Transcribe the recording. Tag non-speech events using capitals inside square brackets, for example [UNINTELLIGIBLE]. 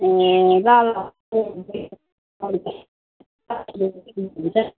ए ल ल [UNINTELLIGIBLE] हुन्छ